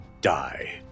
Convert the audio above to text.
die